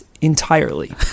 entirely